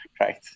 right